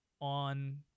on